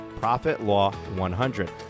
ProfitLaw100